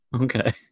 Okay